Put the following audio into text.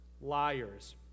liars